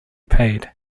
paid